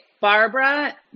Barbara